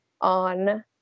on